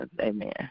Amen